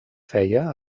feia